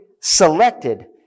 selected